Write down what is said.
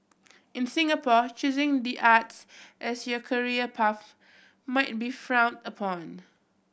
in Singapore choosing the arts as your career path might be frowned upon